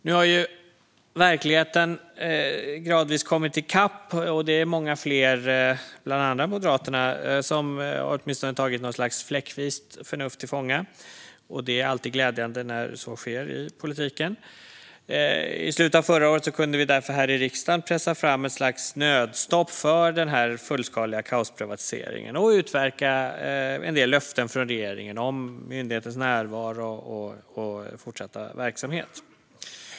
Nu har verkligheten gradvis kommit i kapp, och det är många fler, bland andra Moderaterna, som har tagit åtminstone något slags fläckvist förnuft till fånga. Det är alltid glädjande när så sker i politiken. I slutet av förra året kunde vi därför här i riksdagen pressa fram ett slags nödstopp för den fullskaliga kaosprivatiseringen och utverka en del löften från regeringen om myndighetens närvaro och fortsatta verksamhet.